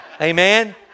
Amen